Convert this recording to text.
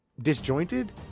disjointed